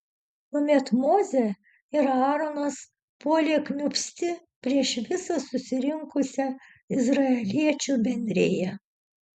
tuomet mozė ir aaronas puolė kniūbsti prieš visą susirinkusią izraeliečių bendriją